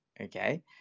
okay